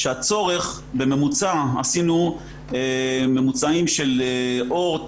הצורך בממוצע עשינו ממוצעים של "אורט",